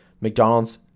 McDonald's